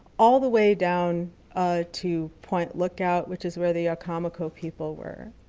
all the way down to point lookout which is where the yaocomico people were.